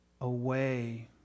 away